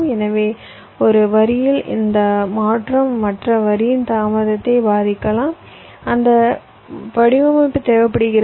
எனவே ஒரு வரியில் அந்த மாற்றம் மற்ற வரியின் தாமதத்தை பாதிக்கலாம் அந்த வடிவமைப்பு தேவைப்படுகிறது